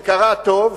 שקרא טוב,